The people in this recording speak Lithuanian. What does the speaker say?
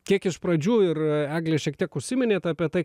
kiek iš pradžių ir egle šiek tiek užsiminėt apie tai